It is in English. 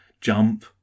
jump